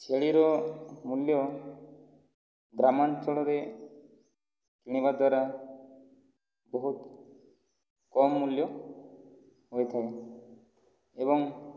ଛେଳିର ମୂଲ୍ୟ ଗ୍ରାମାଞ୍ଚଳରେ କିଣିବା ଦ୍ୱାରା ବହୁତ କମ ମୂଲ୍ୟ ହୋଇଥାଏ ଏବଂ